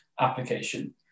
application